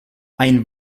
ein